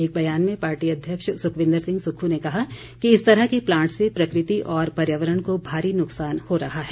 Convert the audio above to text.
एक बयान में पार्टी अध्यक्ष सुखविन्दर सिंह सुक्खू ने कहा कि इस तरह के प्लांट से प्रकृति और पर्यावरण को भारी नुकसान हो रहा है